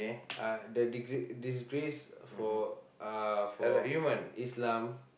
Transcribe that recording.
uh the disg~ disgrace for uh for Islam